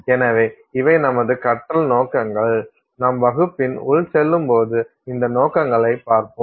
எனவே இவை நமது கற்றல் நோக்கங்கள் நாம் வகுப்பின் உள் செல்லும்போது இந்த நோக்கங்களைப் பார்ப்போம்